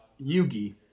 Yugi